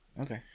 Okay